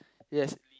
yes